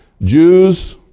Jews